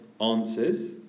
answers